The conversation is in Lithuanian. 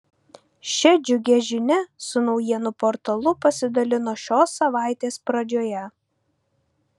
šia džiugia žinia su naujienų portalu pasidalino šios savaitės pradžioje